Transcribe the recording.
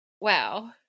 Wow